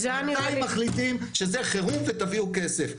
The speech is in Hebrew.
זה היה נראה לי --- מתי מחליטים שזה חירום ותביאו כסף?